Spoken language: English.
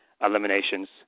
eliminations